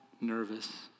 nervous